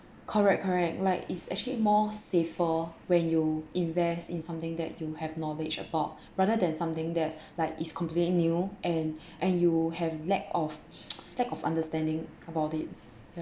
correct correct like it's actually more safer when you invest in something that you have knowledge about rather than something that like is completely new and and you have lack of lack of understanding about it yeah